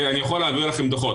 אני יכול להעביר לכם דוחות.